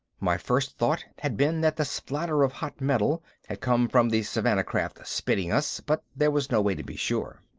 my first thought had been that the spatter of hot metal had come from the savannah craft spitting us, but there was no way to be sure.